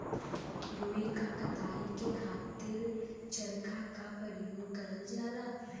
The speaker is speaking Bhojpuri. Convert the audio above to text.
रुई क कताई के खातिर चरखा क परयोग करल जात रहल